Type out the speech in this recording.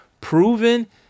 proven